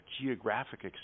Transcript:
geographic